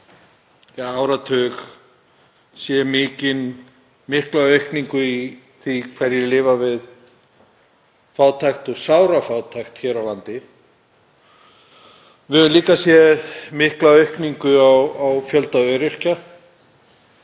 áratug séð mikla aukningu í því hverjir lifa við fátækt og sárafátækt hér á landi. Við höfum líka séð mikla aukningu í fjölda öryrkja.